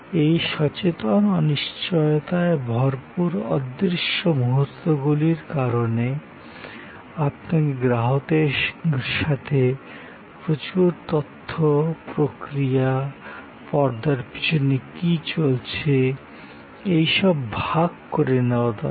এই সচেতন অনিশ্চয়তায় ভরপুর অদৃশ্য মুহুর্তগুলির কারণে আপনাকে গ্রাহকের সাথে প্রচুর তথ্য প্রক্রিয়া পর্দার পিছনে কি চলছে এইসব ভাগ করে নেওয়া দরকার